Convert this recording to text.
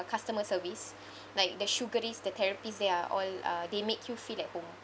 customer service like the sugarist the therapies there are all uh they make you feel at home